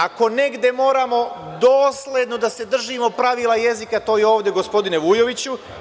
Ako negde moramo dosledno da se držimo pravila jezika, to je ovde, gospodine Vujoviću.